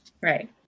Right